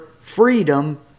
freedom